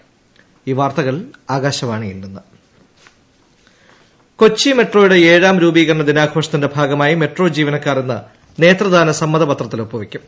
ട്ടടടടടടടടടടട Kochi metro Kochi മെട്രോയുടെ ഏഴാം രൂപീകരണദിനാഘോഷത്തിന്റെ ഭാഗമായി മെട്രോ ജീവനക്കാർ ഇന്ന് ന്യ്ത്രദാന സമ്മതപത്രത്തിൽ ഒപ്പുവെക്കും